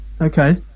Okay